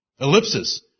Ellipsis